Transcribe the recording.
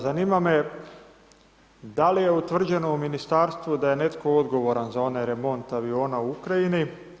Zanima me da li je utvrđeno u ministarstvu da je netko odgovoran za onaj remont aviona u Ukrajini.